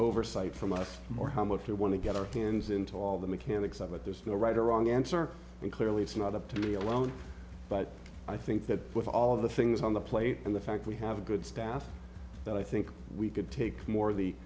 oversight from us or how much they want to get our hands into all the mechanics of it there's no right or wrong answer and clearly it's not up to be alone but i think that with all of the things on the plate and the fact we have a good staff that i think we could take more